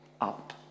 up